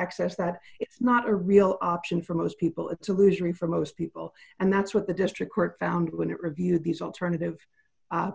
access that it's not a real option for most people to lose ri for most people and that's what the district court found when it reviewed these alternative